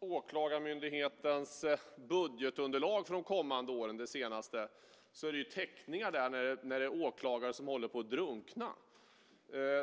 Åklagarmyndighetens senaste budgetunderlag för de kommande åren ser man teckningar där på åklagare som håller på att drunkna.